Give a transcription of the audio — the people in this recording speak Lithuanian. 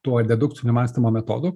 tuo dedukciniu mąstymo metodu